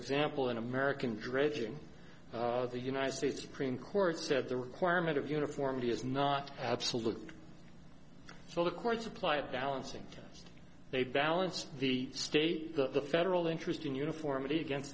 example in american dredging the united states supreme court said the requirement of uniformity is not absolute so the courts apply a balancing test they balance the state the federal interest in uniformity against